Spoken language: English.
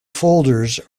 folders